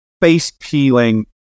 face-peeling